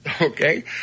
Okay